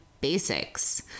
basics